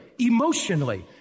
emotionally